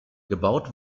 gebaut